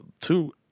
two